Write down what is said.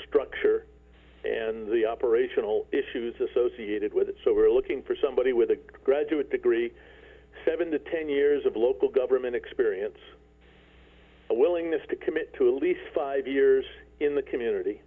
structure and the operational issues associated with it so we're looking for somebody with a graduate degree seven to ten years of local government experience a willingness to commit to a lease five years in the community